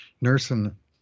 nursing